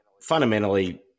fundamentally